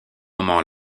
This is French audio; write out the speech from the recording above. moment